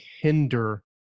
hinder